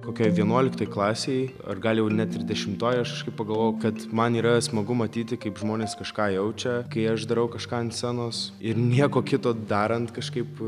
kokioj vienuoliktoj klasėj ar gal jau net ir dešimtoj aš kai pagalvojau kad man yra smagu matyti kaip žmonės kažką jaučia kai aš darau kažką ant scenos ir nieko kito darant kažkaip